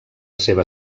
seva